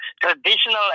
traditional